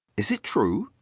is it true?